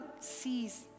sees